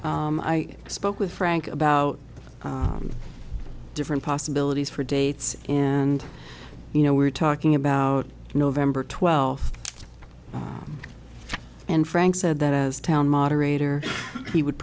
once i spoke with frank about different possibilities for dates and you know we're talking about november twelfth and frank said that as town moderator he would